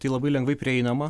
tai labai lengvai prieinama